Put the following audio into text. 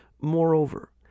Moreover